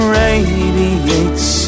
radiates